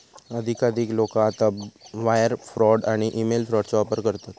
अधिकाधिक लोका आता वायर फ्रॉड आणि ईमेल फ्रॉडचो वापर करतत